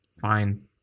fine